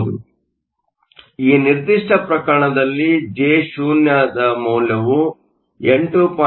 ಆದ್ದರಿಂದ ಈ ನಿರ್ದಿಷ್ಟ ಪ್ರಕರಣದಲ್ಲಿ Jo ದ ಮೌಲ್ಯವು 8